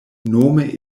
nome